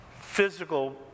physical